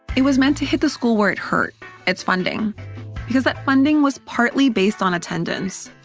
it was meant to hit the school where it hurt its funding because that funding was partly based on attendance.